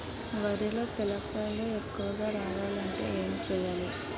వరిలో పిలకలు ఎక్కువుగా రావాలి అంటే ఏంటి చేయాలి?